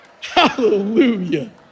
Hallelujah